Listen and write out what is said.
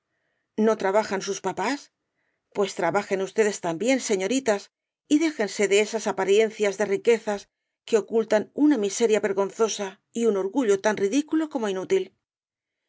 no trabajan sus papas pues trabajen ustedes también señoritas y déjense de esas apariencias de riqueza que ocultan una miseria vergonzosa y un orgullo tan ridículo como inútil